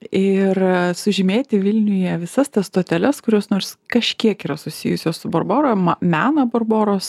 ir sužymėti vilniuje visas tas stoteles kurios nors kažkiek yra susijusios su barbora ma meną barboros